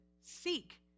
seek